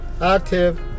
active